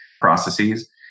processes